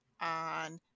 on